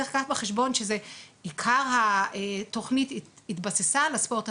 צריך לקחת בחשבון שעיקר התכנית התבססה על הספורט,